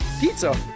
Pizza